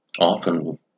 Often